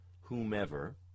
whomever